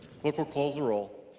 clerk will close the roll.